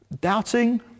Doubting